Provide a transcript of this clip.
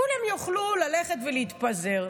כולם יוכלו ללכת ולהתפזר.